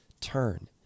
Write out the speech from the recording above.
turn